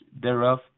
thereof